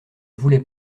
voulait